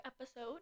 episode